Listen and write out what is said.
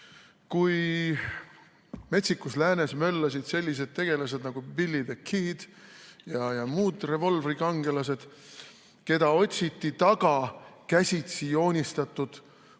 kui Metsikus Läänes möllasid sellised tegelased nagu Willie the Kid ja muud revolvrikangelased, keda otsiti taga käsitsi joonistatud